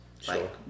sure